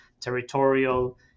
territorial